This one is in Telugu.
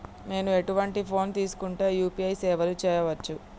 నేను ఎటువంటి ఫోన్ తీసుకుంటే యూ.పీ.ఐ సేవలు చేయవచ్చు?